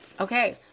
Okay